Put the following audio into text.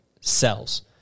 cells